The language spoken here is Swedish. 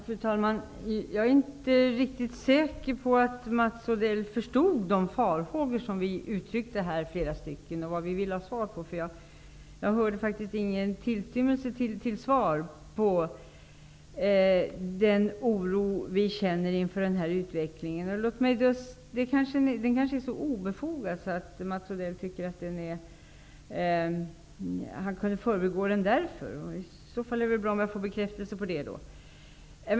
Fru talman! Jag är inte riktigt säker på att Mats Odell förstod de farhågor och frågor som flera av oss har gett uttryck för. Jag hörde ingen tillstymmelse till svar på den oro vi känner inför utvecklingen. Mats Odell kanske tycker att oron är obefogad och att han därför kan förbise den. I så fall skulle jag vilja ha en bekräftelse på det.